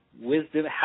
Wisdom